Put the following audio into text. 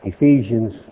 Ephesians